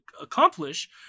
accomplish